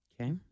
Okay